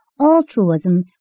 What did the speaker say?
Altruism